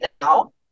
now